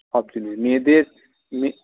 মেয়েদের